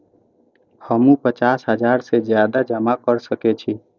हमू पचास हजार से ज्यादा जमा कर सके छी?